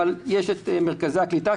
אבל יש את מרכזי הקליטה,